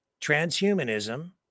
transhumanism